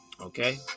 okay